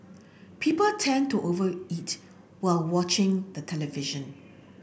people tend to over eat while watching the television